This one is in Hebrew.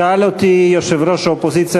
שאל אותי יושב-ראש האופוזיציה,